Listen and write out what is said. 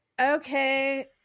Okay